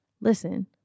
Listen